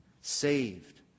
saved